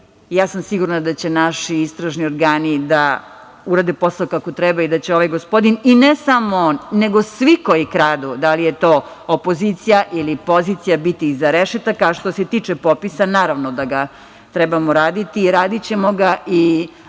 radi. Sigurna sam da će naši istražni organi da urade posao kako treba i da će ovaj gospodin, i ne samo on, nego svi koji kradu, da li je to opozicija, ili pozicija, biti iza rešetaka. Što se tiče popisa, naravno da ga trebamo raditi i radićemo ga,